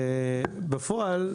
בפועל,